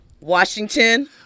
Washington